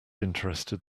interested